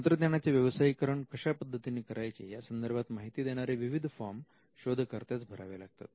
तंत्रज्ञानाचे व्यवसायीकरण कशा पद्धतीने करायचे यासंदर्भात माहिती देणारे विविध फॉर्म शोध कर्त्यास भरावे लागतात